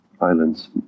islands